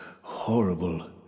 Horrible